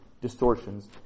distortions